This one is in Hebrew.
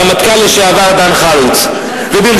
הרמטכ"ל לשעבר דן חלוץ, נו, אז מה.